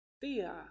fear